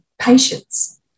patience